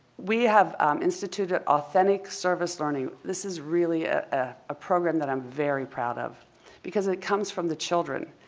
we have instituted authentic service learning. this is really a ah ah program that i'm very proud of because it comes from the children.